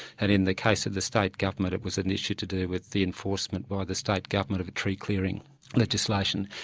and in the case of the state government it was an issue to do with the enforcement by the state government of a tree-clearing legislation.